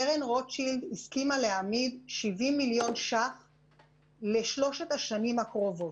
קרן רוטשילד הסכימה להעמיד 70 מיליון שקלים לשלושת השנים הקרובות.